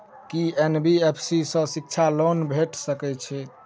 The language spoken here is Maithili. की एन.बी.एफ.सी सँ शिक्षा लोन भेटि सकैत अछि?